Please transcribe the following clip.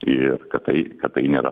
ir kad tai kad tai nėra